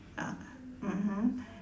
uh mmhmm